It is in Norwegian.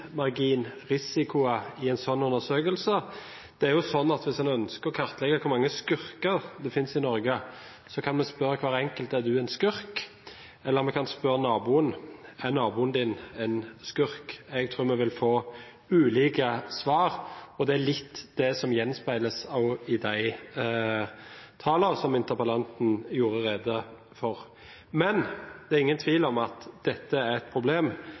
på risiko for feilmarginer i en sånn undersøkelse. Hvis man ønsker å kartlegge hvor mange skurker det finnes i Norge, kan man spørre hver enkelt: Er du en skurk? Eller man kan spørre naboen om han er en skurk. Jeg tror man vil få ulike svar, og det er litt det som gjenspeiles i de tallene som interpellanten redegjorde for. Men det er ingen tvil om at dette er et problem,